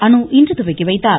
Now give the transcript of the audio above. அனு இன்று துவக்கி வைத்தார்